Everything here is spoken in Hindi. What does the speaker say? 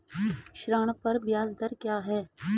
ऋण पर ब्याज दर क्या है?